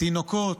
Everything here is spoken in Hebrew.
תינוקות,